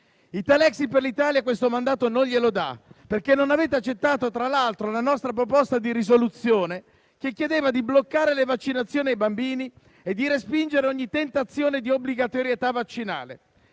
Italexit per l'Italia questo mandato non glielo dà, perché non avete accettato, tra l'altro, la nostra proposta di risoluzione che chiedeva di bloccare le vaccinazioni ai bambini e di respingere ogni tentazione di obbligatorietà vaccinale.